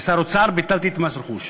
כשר אוצר, ביטלתי את מס רכוש.